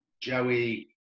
Joey